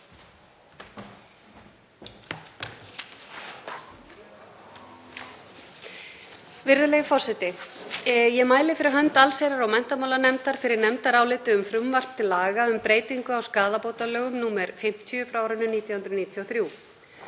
Virðulegi forseti. Ég mæli fyrir hönd allsherjar- og menntamálanefndar fyrir nefndaráliti um frumvarp til laga um breytingu á skaðabótalögum, nr. 50/1993.